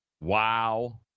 Wow